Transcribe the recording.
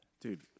dude